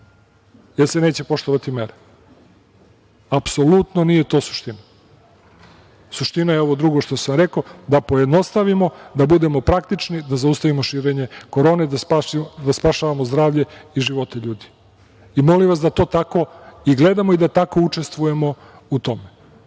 jer se neće poštovati mere. Apsolutno nije to suština. Suština je ovo drugo što sam rekao, da pojednostavimo, da budemo praktični, da zaustavimo širenje korone, da spašavamo zdravlje i živote ljudi. Molim vas da to tako gledamo i da tako učestvujemo u tome.